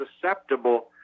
susceptible